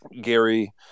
Gary